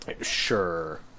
Sure